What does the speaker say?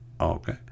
okay